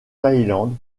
thaïlande